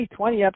2020